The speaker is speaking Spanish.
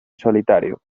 solitario